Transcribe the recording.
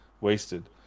wasted